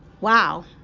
wow